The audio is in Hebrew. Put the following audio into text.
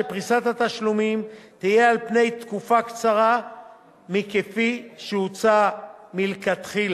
כך שפריסת התשלומים תהיה על פני תקופה קצרה מכפי שהוצע מלכתחילה,